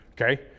okay